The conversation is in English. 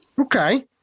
Okay